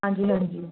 ਹਾਂਜੀ ਹਾਂਜੀ